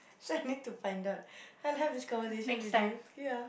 so I need to find out and have this conversation with you ya